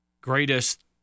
greatest